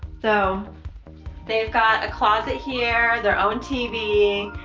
so they've got a closet here, their own tv,